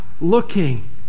looking